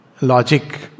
logic